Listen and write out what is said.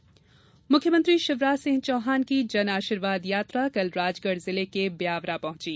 जनआशीर्वाद मुख्यमंत्री शिवराज सिंह चौहान की जनआशीर्वाद यात्रा कल राजगढ जिले के ब्यावरा पहुंची